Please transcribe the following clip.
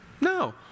No